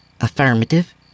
Affirmative